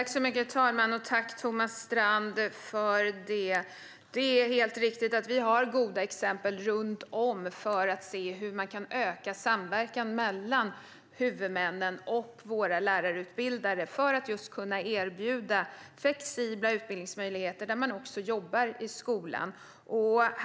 Herr talman! Jag tackar Thomas Strand för frågan. Det är helt riktigt att vi har goda exempel runt om i landet på hur man kan öka samverkan mellan huvudmännen och våra lärarutbildare för att kunna erbjuda flexibla utbildningsmöjligheter där man också jobbar i skolan.